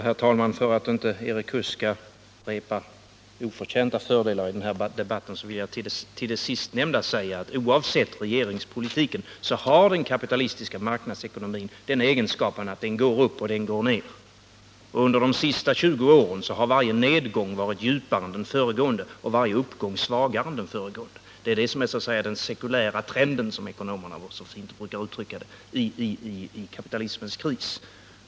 Herr talman! För att inte Erik Huss skall vinna oförtjänta fördelar i den här debatten vill jag till det senast nämnda säga att oavsett regeringspolitiken har den kapitalistiska marknadsekonomin den egenskapen att den går upp och ned. Under de senaste tjugo åren har varje nergång varit djupare än den föregående och varje uppgång svagare än den föregående. Det är det som så att säga är den sekulära trenden, som ekonomerna så fint brukar uttrycka det, i kapitalismens kris.